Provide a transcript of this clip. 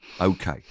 Okay